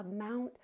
amount